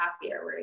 happier